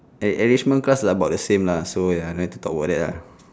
eh enrichment class about the same lah so ya no need to talk about that lah